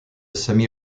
semi